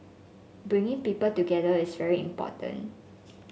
bringing people together is very important